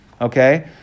okay